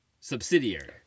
subsidiary